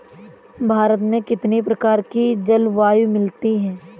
भारत में कितनी प्रकार की जलवायु मिलती है?